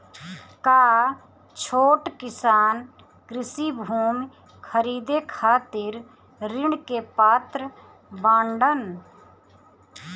का छोट किसान कृषि भूमि खरीदे खातिर ऋण के पात्र बाडन?